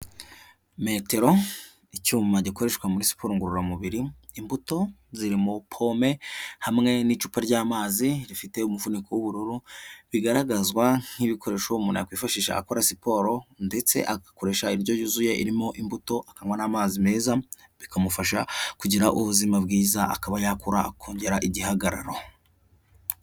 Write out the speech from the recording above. Metero icyuma gikoreshwa muri siporo ngororamubiri, imbuto zirimo pome hamwe n'icupa ry'amazi rifite umufuduko w'ubururu bigaragazwa nk'ibikoresho umuntu yakwifashisha akora siporo ndetse agakoresha indyo yuzuye irimo imbuto akanywa n'amazi meza, bikamufasha kugira ubuzima bwiza akaba yakura kongera igihagararo.